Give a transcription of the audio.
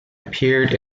appeared